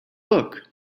look